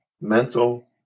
mental